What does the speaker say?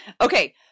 Okay